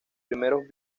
primeros